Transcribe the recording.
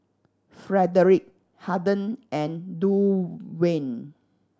Frederick Harden and Duwayne